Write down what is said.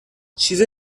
چیز